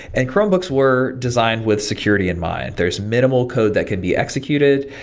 and chromebooks were designed with security in mind. there's minimal code that can be executed.